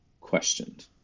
questioned